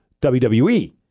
WWE